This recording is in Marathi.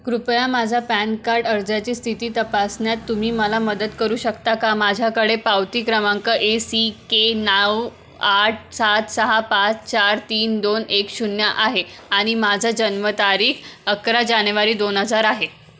कृपया माझा पॅन कार्ड अर्जाची स्थिती तपासण्यात तुम्ही मला मदत करू शकता का माझ्याकडे पावती क्रमांक ए सी के नऊ आठ सात सहा पाच चार तीन दोन एक शून्य आहे आणि माझा जन्मतारीख अकरा जानेवारी दोन हजार आहे